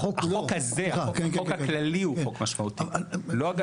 החוק הזה הוא חוק משמעותי, לא התיקון.